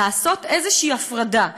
לעשות איזושהי הפרדה ולומר: